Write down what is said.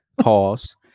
Pause